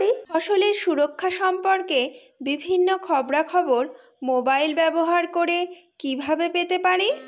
ফসলের সুরক্ষা সম্পর্কে বিভিন্ন খবরা খবর মোবাইল ব্যবহার করে কিভাবে পেতে পারি?